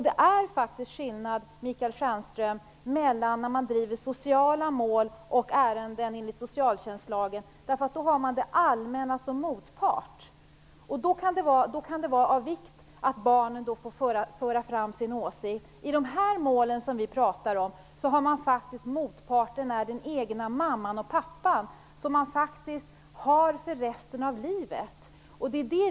Det är faktiskt skillnad, Michael Stjernström, när man driver sociala mål och ärenden enligt socialtjänstlagen. Då har man det allmänna som motpart. Det kan då vara av vikt att barnen får föra fram sin åsikt. I de mål vi här talar om är motparten den egna mamman och pappan som man har för resten av livet.